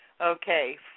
Okay